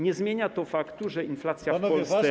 Nie zmienia to faktu, że inflacja w Polsce.